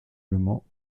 également